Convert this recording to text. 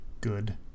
good